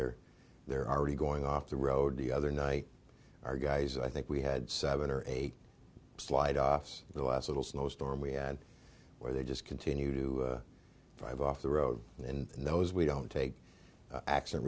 they're they're already going off the road the other night our guys i think we had seven or eight slide offs the last little snowstorm we had where they just continue to drive off the road and those we don't take action